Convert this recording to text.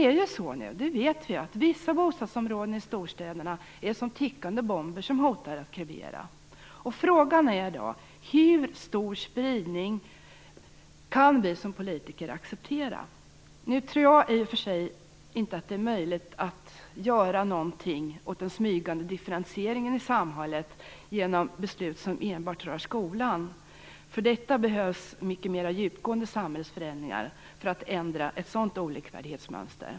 Vi vet att vissa bostadsområden i storstäderna är som tickande bomber som hotar att krevera. Frågan är hur stor spridning vi som politiker kan acceptera. Jag tror i och för sig inte att det är möjligt att göra någonting åt den smygande differentieringen i samhället genom beslut som enbart rör skolan. För att ändra ett sådant olikvärdighetsmönster behövs mycket mera djupgående samhällsförändringar.